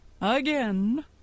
Again